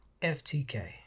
FTK